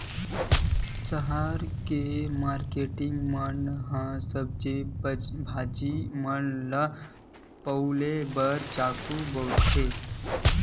सहर के मारकेटिंग मन ह सब्जी भाजी मन ल पउले बर चाकू बउरथे